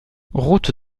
route